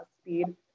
speed